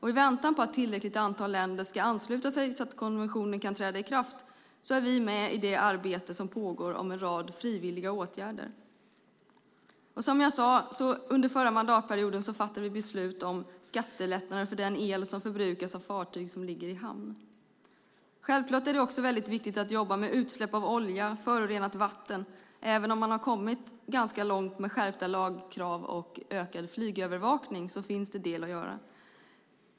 I väntan på att tillräckligt antal länder ska ansluta sig, så att konventionen kan träda i kraft, är vi med i det arbete som pågår om en rad frivilliga åtgärder. Som jag sade fattade vi under förra mandatperioden beslut om skattelättnader för den el som förbrukas av fartyg som ligger i hamn. Det är självklart viktigt att jobba med utsläpp av olja och förorenat vatten. Även om man har kommit ganska långt med skärpta lagkrav och ökad flygövervakning finns det en del att göra.